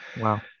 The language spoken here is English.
Wow